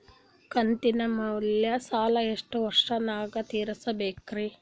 ಕಂತಿನ ಮ್ಯಾಲ ಸಾಲಾ ಎಷ್ಟ ವರ್ಷ ನ್ಯಾಗ ತೀರಸ ಬೇಕ್ರಿ?